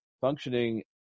functioning